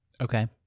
Okay